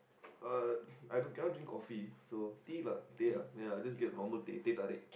uh I don't cannot drink coffee so tea lah teh ya I just get the normal teh teh-tarik